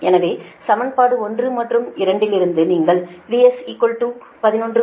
எனவே சமன்பாடு 1 மற்றும் 2 லிருந்து நீங்கள் VS 11